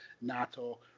Nato